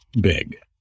big